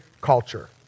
culture